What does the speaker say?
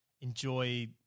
enjoy